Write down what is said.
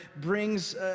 brings